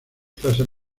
clases